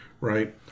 right